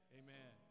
amen